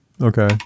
Okay